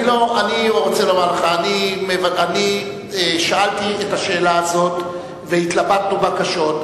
אני רוצה לומר לך ששאלתי את השאלה הזאת והתלבטנו בה קשות.